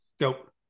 Nope